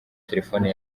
telefone